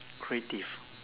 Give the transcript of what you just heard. creative